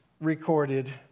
recorded